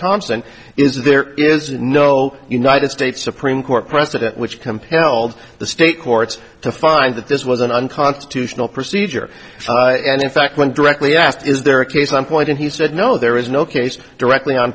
thompson is there is no united that supreme court precedent which compelled the state courts to find that this was an unconstitutional procedure and in fact went directly asked is there a case on point and he said no there is no case directly on